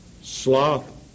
Sloth